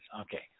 okay